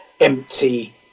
empty